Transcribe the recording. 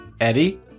Eddie